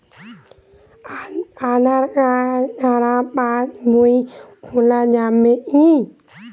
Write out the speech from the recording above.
আধার card ছাড়া পাশবই খোলা যাবে কি?